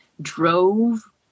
drove